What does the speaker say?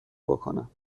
بکنم